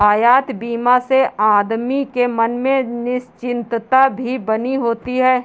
यातायात बीमा से आदमी के मन में निश्चिंतता भी बनी होती है